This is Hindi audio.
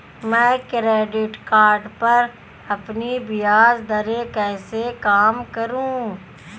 मैं क्रेडिट कार्ड पर अपनी ब्याज दरें कैसे कम करूँ?